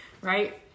right